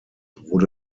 wurde